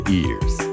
ears